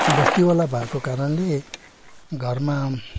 बस्तीवला भएको कारणले घरमा